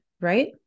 right